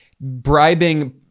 bribing